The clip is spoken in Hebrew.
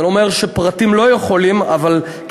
זה לא אומר שפרטים לא יכולים, אבל כצבא,